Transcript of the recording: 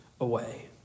away